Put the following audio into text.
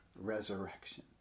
resurrection